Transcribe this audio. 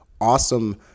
awesome